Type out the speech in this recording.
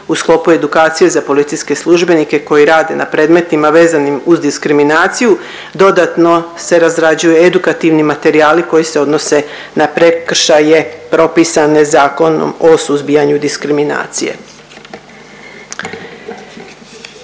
u sklopu edukacije za policijske službenike koji rade na predmetima vezanim uz diskriminaciju, dodatno se razrađuje edukativni materijali koji se odnose na prekršaje propisane Zakonom o suzbijanju diskriminacije.